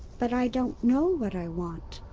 but i don't know what i want!